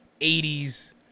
80s